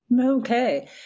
Okay